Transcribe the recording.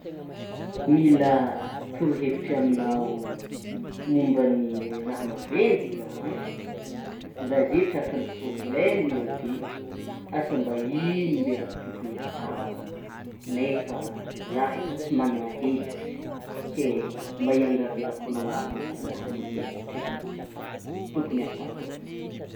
Mila torohevitry aminao momban'ny raha maventy zah hein zah zeo tratran'ny prôblema ne asa mba le raha tokony atako nefa zah efa tsy magnana hevitry ke mba hiangaviako anao mba hagnampy amin'ny hevitry tokony ataoko e.